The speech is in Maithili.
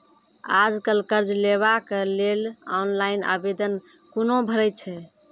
आज कल कर्ज लेवाक लेल ऑनलाइन आवेदन कूना भरै छै?